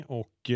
och